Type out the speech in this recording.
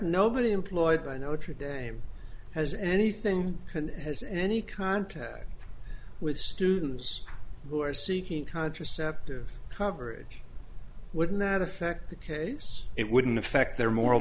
nobody employed by notre dame has anything can and has any contact with students who are seeking contraceptive coverage wouldn't that affect the case it wouldn't affect their moral